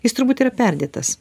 jis turbūt yra perdėtas